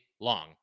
long